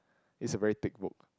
it's a very thick book